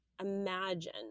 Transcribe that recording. imagine